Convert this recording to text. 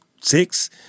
six